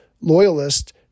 loyalist